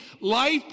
life